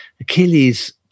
Achilles